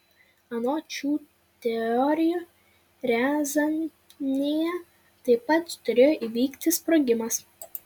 anot šių teorijų riazanėje taip pat turėjo įvykti sprogimas